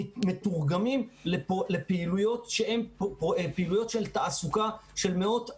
מתורגמים לפעילויות של תעסוקה של מאות רבות,